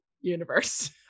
universe